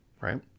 right